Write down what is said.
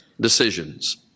decisions